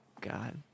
God